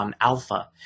alpha